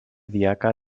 diaca